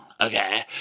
okay